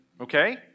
okay